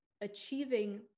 achieving